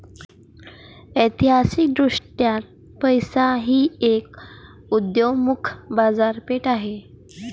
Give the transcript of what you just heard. ऐतिहासिकदृष्ट्या पैसा ही एक उदयोन्मुख बाजारपेठ आहे